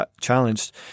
challenged